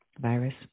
virus